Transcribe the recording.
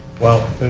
well,